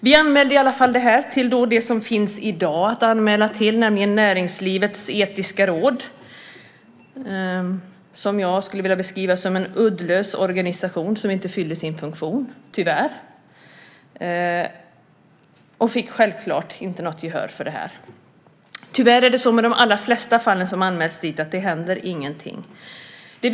Vi anmälde bilden till det som i dag finns att anmäla till, nämligen Näringslivets Etiska Råd, som jag skulle vilja beteckna som en uddlös organisation som inte fyller sin funktion - tyvärr. Självklart fick vi inget gehör. Tyvärr händer i de allra flesta fall ingenting med de anmälningar som görs dit.